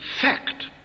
fact